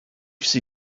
sie